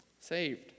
saved